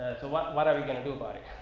what what are we going to do about it?